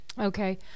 okay